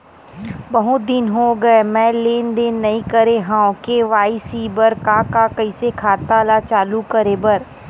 बहुत दिन हो गए मैं लेनदेन नई करे हाव के.वाई.सी बर का का कइसे खाता ला चालू करेबर?